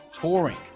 Touring